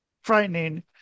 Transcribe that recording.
frightening